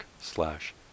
slash